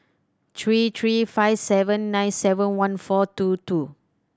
three three five seven nine seven one four two two